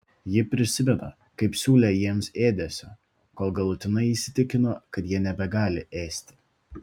ji prisimena kaip siūlė jiems ėdesio kol galutinai įsitikino kad jie nebegali ėsti